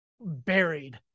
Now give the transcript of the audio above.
buried